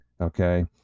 Okay